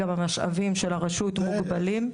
גם המשאבים של הרשות מוגבלים.